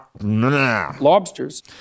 Lobsters